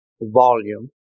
volume